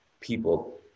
people